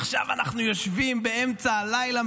עכשיו אנחנו יושבים באמצע הלילה,